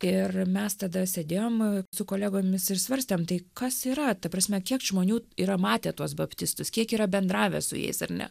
ir mes tada sėdėjom su kolegomis ir svarstėm tai kas yra ta prasme kiek žmonių yra matę tuos baptistus kiek yra bendravę su jais ar ne